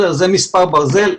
זה מספר ברזל.